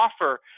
offer